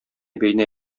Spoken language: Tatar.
бәйнә